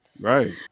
right